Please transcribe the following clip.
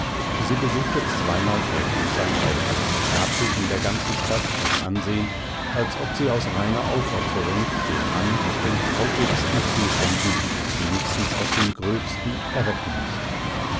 sie besuchte täglich zweimal sein haus und gab sich in der ganzen stadt das ansehen als ob sie aus reiner aufopferung den mann aus den traurigsten zuständen wenigstens aus dem gröbsten erretten müßte